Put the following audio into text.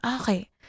okay